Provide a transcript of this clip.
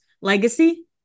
legacy